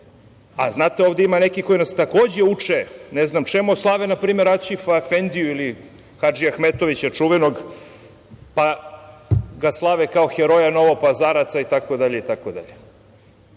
a znate ovde ima nekih koji nas takođe uče ne znam čemu, a slave npr. Aćifa efendiju ili Hadžiahmetovića čuvenog, pa ga slave kao heroja Novopazaraca itd. Ja